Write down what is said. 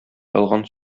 ялган